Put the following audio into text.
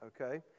okay